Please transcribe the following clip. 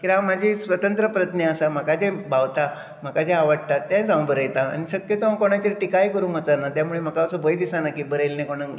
कित्याक म्हाजी स्वतंत्र प्रज्ञा आसा म्हाका जें भावता म्हाका जे आवडटा तेच हांव बरयतां आनी शक्यतो हांव कोणाचेर टिकाय करूंक वचना त्या मूळे म्हाका असो भंय दिसना की बरयल्लें कोणाक